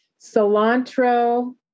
cilantro